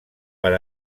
per